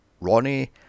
Ronnie